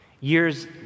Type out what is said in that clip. Years